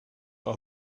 are